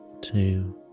two